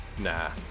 Nah